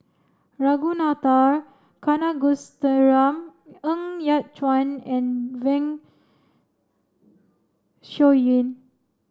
Ragunathar Kanagasuntheram Ng Yat Chuan and Zeng Shouyin